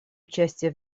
участие